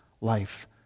life